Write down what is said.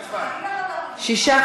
רבותי,